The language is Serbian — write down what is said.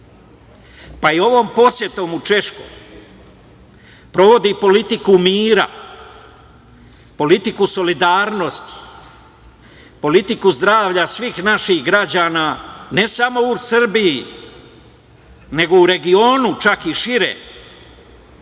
pa i ovom posetom u Češkoj provodi politiku mira, politiku solidarnosti, politiku zdravlja svih naših građana, ne samo u Srbiji, nego u regionu, čak i šire,